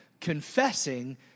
confessing